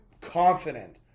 confident